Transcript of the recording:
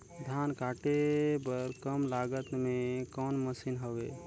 धान काटे बर कम लागत मे कौन मशीन हवय?